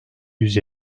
yüz